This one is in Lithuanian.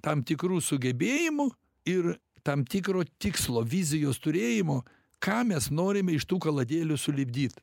tam tikrų sugebėjimų ir tam tikro tikslo vizijos turėjimo ką mes norime iš tų kaladėlių sulipdyt